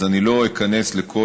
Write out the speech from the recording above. אז אני לא איכנס לכל